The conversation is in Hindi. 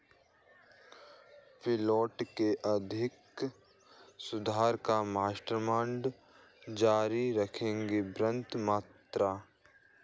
पोलैंड के आर्थिक सुधार का मास्टरमाइंड जारी रखेंगे वित्त मंत्री